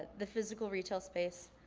the physical retail space